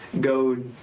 go